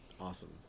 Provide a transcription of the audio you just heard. awesome